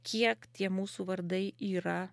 kiek tie mūsų vardai yra